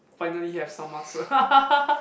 finally have some muscle